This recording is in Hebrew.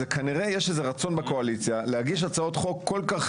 כנראה יש רצון בקואליציה להגיש הצעות חוק כל כך